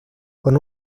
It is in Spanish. con